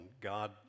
God